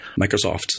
Microsoft